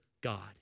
God